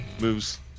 moves